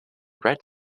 red